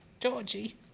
Georgie